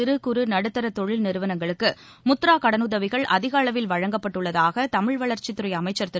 சிறு குறு நடுத்தா தொழில் நிறுவனங்களுக்கு முத்ரா கடனுதவிகள் அதிக அளவில் வழங்கப்பட்டுள்ளதாக தமிழ் வளர்ச்சித் துறை அமைச்சர் திரு